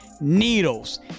needles